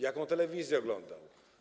Jaką telewizję oglądał?